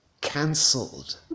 cancelled